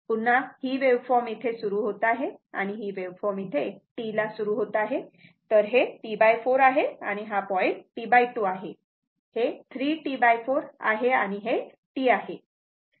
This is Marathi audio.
पुन्हा ही वेव्हफॉर्म येथे सुरू होत आहे आणि ही वेव्हफॉर्म इथे T ला सुरू होत आहे तर हे T4 आहे आणि हा पॉईंट T2 आहे हे 3 T 4 आहे आणि हे T आहे